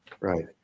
Right